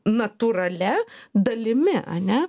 natūralia dalimi ane